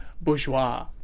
bourgeois